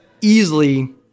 easily